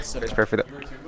perfect